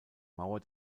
mauer